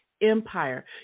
empire